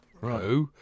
Right